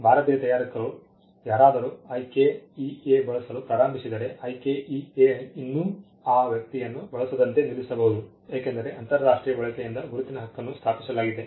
ಭಾರತೀಯ ತಯಾರಕರು ಯಾರಾದರೂ IKEA ಬಳಸಲು ಪ್ರಾರಂಭಿಸಿದರೆ IKEA ಇನ್ನೂ ಆ ವ್ಯಕ್ತಿಯನ್ನು ಬಳಸಿದಂತೆ ನಿಲ್ಲಿಸಬಹುದು ಏಕೆಂದರೆ ಅಂತರರಾಷ್ಟ್ರೀಯ ಬಳಕೆಯಿಂದ ಗುರುತಿನ ಹಕ್ಕನ್ನು ಸ್ಥಾಪಿಸಲಾಗಿದೆ